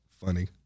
funny